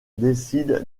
décident